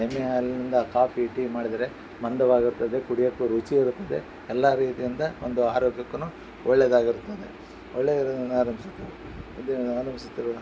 ಎಮ್ಮೆ ಹಾಲಿನಿಂದ coffee tea ಮಾಡಿದರೆ ಮಂದವಾಗಿರುತ್ತದೆ ಕುಡಿಯೋಕ್ಕೂ ರುಚಿ ಇರುತ್ತದೆ ಎಲ್ಲ ರೀತಿಯಿಂದ ಒಂದು ಆರೋಗ್ಯಕ್ಕೂ ಒಳ್ಳೆಯದಾಗಿರುತ್ತದೆ ಒಳ್ಳೆಯ